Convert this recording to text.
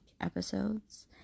episodes